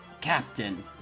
captain